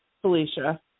Felicia